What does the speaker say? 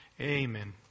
Amen